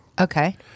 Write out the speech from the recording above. Okay